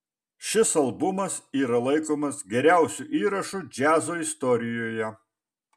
šis albumas yra laikomas geriausiu įrašu džiazo istorijoje